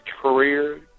career